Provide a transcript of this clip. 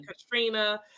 Katrina